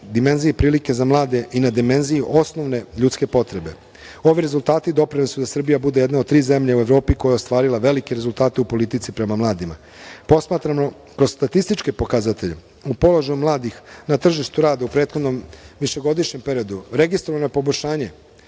dimenziji prilike za mlade i na dimenziji osnovne ljudske potrebe. Ovi rezultati doprineli su da Srbija bude jedna od tri zemlje u Evropi koja je ostvarila velike rezultate u politici prema mladima. Posmatrano kroz statističke pokazatelje u položaju mladih na tržištu rada u prethodnom višegodišnjem periodu registrovano je poboljšanje,